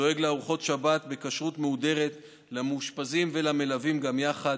דואג לארוחות שבת בכשרות מהודרת למאושפזים ולמלווים גם יחד,